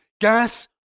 gas